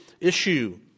issue